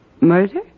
murder